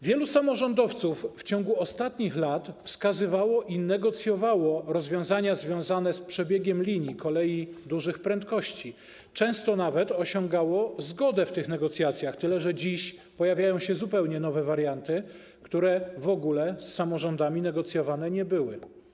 Wielu samorządowców w ciągu ostatnich lat wskazywało i negocjowało rozwiązania związane z przebiegiem linii kolei dużych prędkości, często nawet osiągało zgodę w tych negocjacjach, tyle że dziś pojawiają się zupełnie nowe warianty, które z samorządami w ogóle nie były negocjowane.